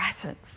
presence